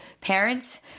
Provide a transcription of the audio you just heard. parents